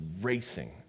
racing